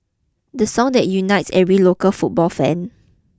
the song that unites every local football fan